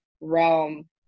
realm